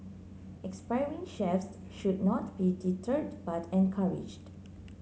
expiring chefs should not be deterred but encouraged